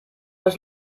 was